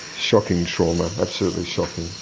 shocking trauma, absolutely shocking.